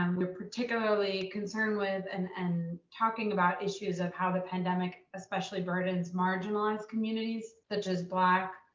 um we're particularly concerned with and and talking about issues of how the pandemic especially burdens marginalized communities, such as black,